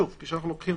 שוב, זה כשאנחנו לוקחים